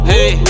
Hey